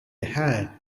had